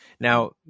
Now